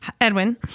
Edwin